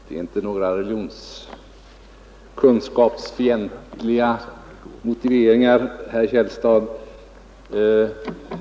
Herr talman! Det finns inte här några religionskunskapsfientliga motiveringar, herr Källstad.